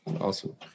Awesome